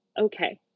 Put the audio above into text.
okay